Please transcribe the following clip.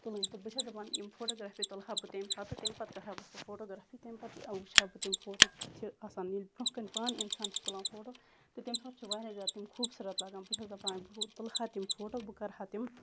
تُلٕنۍ تہٕ بہٕ چھَس دَپان یِم فوٹوگرافی تُلہٕ ہا بہٕ تمہِ پَتہٕ تہٕ تمہِ پَتہٕ کَرہا بہٕ سۄ فوٹوگرافی تمہِ پَتہٕ وٕچھ ہا بہٕ تِم فوٹو کِتھ چھِ آسان یِتھ برونٛہہ کَنہِ پانہٕ اِنسان چھ تُلان فوٹو تہٕ تمہِ ساتہٕ چھِ واریاہ زیادٕ خوبصورت لَگان بہٕ چھَس دَپان بہٕ تُلہٕ ہا تِم فوٹو بہٕ کَرہا تِم